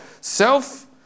self